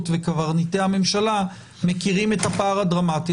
וקברניטי הממשלה מכירים את הפער הדרמטי,